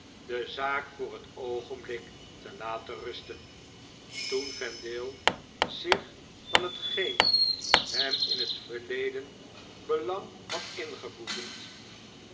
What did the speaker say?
de zaak voor het oogenblik te laten rusten toen vendale zich van hetgeen hem in het verleden belang had